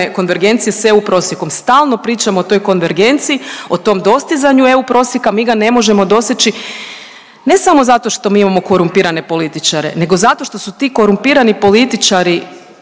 konvergencije s EU prosjekom. Stalno pričamo o toj konvergenciji, o tom dostizanju EU prosjeka, mi ga ne možemo doseći ne samo zato što mi imamo korumpirane političare, nego zato što su ti korumpirani političari